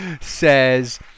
says